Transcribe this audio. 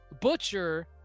Butcher